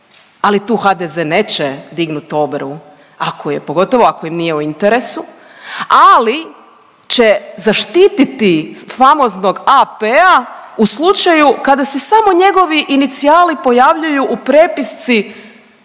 ali tu HDZ neće dignut obrvu, ako je, pogotovo ako im nije u interesu ali će zaštititi famoznog AP-a u slučaju kada se samo njegovi inicijali pojavljuju u prepisci